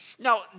Now